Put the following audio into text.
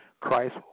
Christ